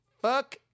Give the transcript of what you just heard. Fuck